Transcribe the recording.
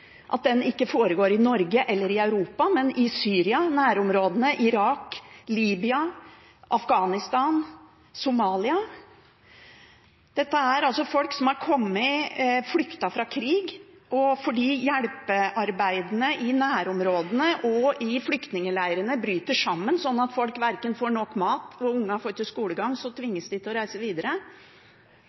at den ikke foregår i Norge eller Europa, men i Syria og nærområdene, i Irak, Libya, Afghanistan, Somalia. Dette er folk som har flyktet fra krig fordi hjelpearbeidene i nærområdene og i flyktningleirene bryter sammen slik. Folk får ikke nok mat, og ungene får ikke skolegang, så de tvinges til å reise videre.